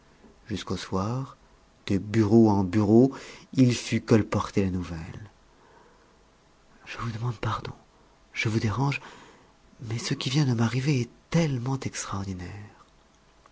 jusqu'au soir de bureau en bureau il fut colporter la nouvelle je vous demande pardon je vous dérange mais ce qui vient de m'arriver est tellement extraordinaire